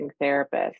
therapist